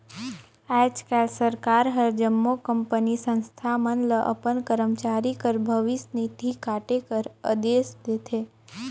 आएज काएल सरकार हर जम्मो कंपनी, संस्था मन ल अपन करमचारी कर भविस निधि काटे कर अदेस देथे